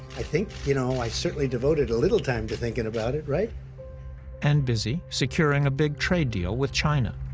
i think, you know, i certainly devoted a little time to thinking about it, right? smith and busy securing a big trade deal with china.